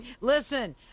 listen